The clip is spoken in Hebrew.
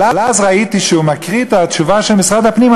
אבל אז ראיתי שהוא מקריא את התשובה של משרד הפנים,